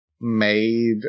made